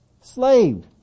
slave